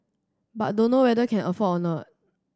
but dunno whether can afford or not